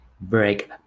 break